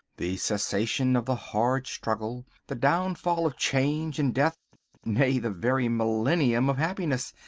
the cessation of the hard struggle, the downfall of change and death nay, the very millennium of happiness.